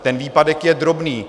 Ten výpadek je drobný.